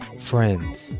friends